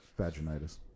Vaginitis